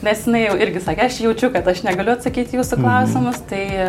nes jinai jau irgi sakė aš jaučiu kad aš negaliu atsakyt į jūsų klausimus tai